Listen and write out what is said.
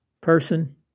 person